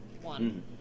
one